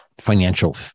financial